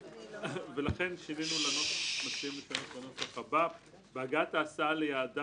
ולכן אנחנו מציעים לשנות לנוסח הבא: "בהגעת ההסעה ליעדה